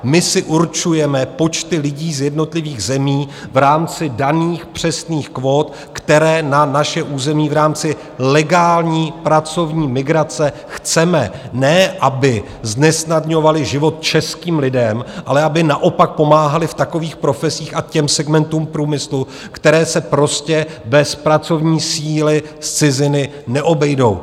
My si určujeme počty lidí z jednotlivých zemí v rámci daných přesných kvót, které na naše území v rámci legální pracovní migrace chceme ne aby znesnadňovaly život českým lidem, ale aby naopak pomáhaly v takových profesích a těm segmentům průmyslu, které se prostě bez pracovní síly z ciziny neobejdou.